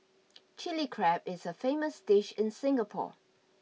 Chilli Crab is a famous dish in Singapore